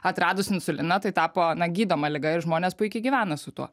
atradus insuliną tai tapo na gydoma liga ir žmonės puikiai gyvena su tuo